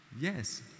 Yes